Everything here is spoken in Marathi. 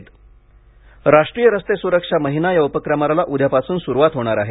रस्ते सुरक्षा राष्ट्रीय रस्ते सुरक्षा महिना या उपक्रमाला उद्यापासून सुरुवात होणार आहे